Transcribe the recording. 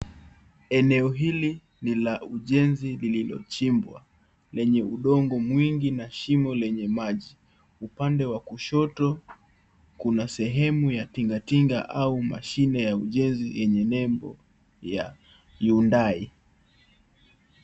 Eneo hili ni la ujenzi lililochimbwa, lenye udongo mwingi na shimo lenye maji. Upande wa kushoto, kuna sehemu ya tingatinga au mashine ya ujenzi yenye nembo ya Hyundai.